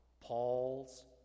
Paul's